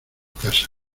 casa